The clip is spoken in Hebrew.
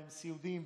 והם סיעודיים,